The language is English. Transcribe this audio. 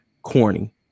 Corny